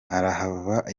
arahava